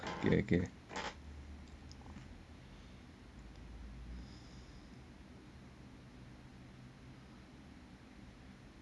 okay okay